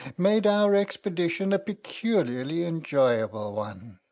made our expedition a peculiarly enjoyable one.